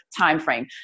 timeframe